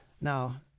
Now